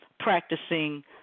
practicing